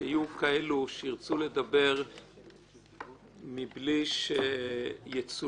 שיהיו כאלה שירצו לדבר מבלי שיצולמו,